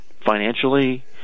financially